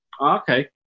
Okay